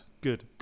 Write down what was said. Good